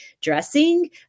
dressing